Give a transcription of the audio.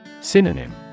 Synonym